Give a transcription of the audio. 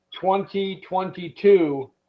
2022